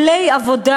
כלי עבודה.